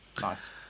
Nice